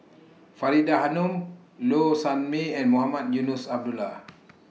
Faridah Hanum Low Sanmay and Mohamed Eunos Abdullah